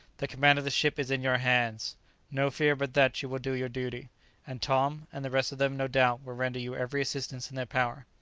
the command of the ship is in your hands no fear but that you will do your duty and tom, and the rest of them, no doubt, will render you every assistance in their power.